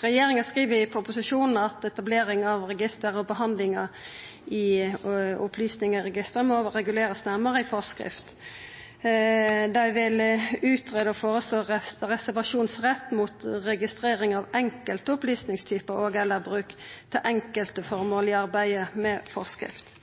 Regjeringa skriv i proposisjonen at etablering av register og behandlinga av opplysningar i registeret må regulerast nærmare i forskrift. Ho vil utgreia og føreslå reservasjonsrett mot registrering av enkelte opplysningstypar og/eller bruk til enkelte formål i arbeidet med forskrift.